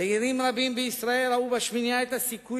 צעירים רבים בישראל ראו בשמינייה את הסיכוי